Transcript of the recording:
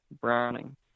browning